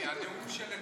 כי הנאום של אתמול,